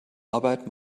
arbeit